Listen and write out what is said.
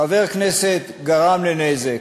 חבר כנסת גרם לנזק.